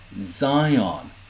Zion